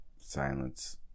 silence